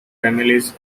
families